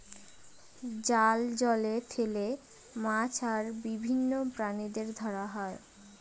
জাল জলে ফেলে মাছ আর বিভিন্ন প্রাণীদের ধরা হয়